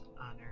honor